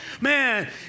Man